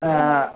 ஆ ஆ